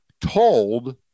told